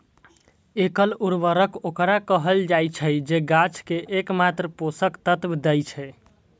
एकल उर्वरक ओकरा कहल जाइ छै, जे गाछ कें एकमात्र पोषक तत्व दै छै